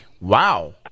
Wow